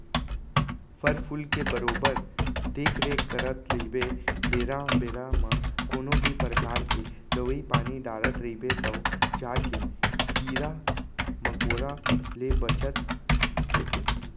फर फूल के बरोबर देख रेख करत रइबे बेरा बेरा म कोनों भी परकार के दवई पानी डारत रइबे तव जाके कीरा मकोड़ा ले बचत होथे